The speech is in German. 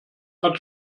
hat